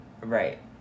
Right